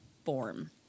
form